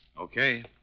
Okay